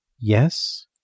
Yes